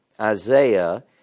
Isaiah